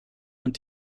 und